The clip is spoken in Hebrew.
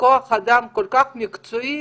כוח אדם כל כך מקצועי